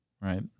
right